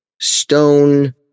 stone